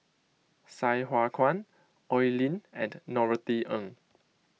Sai Hua Kuan Oi Lin and Norothy Ng